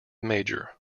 major